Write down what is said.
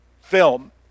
film